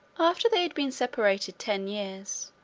after they had been separated ten years,